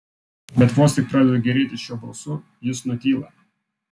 bet vos tik pradedu gėrėtis šiuo balsu jis nutyla